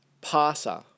passer